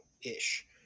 ish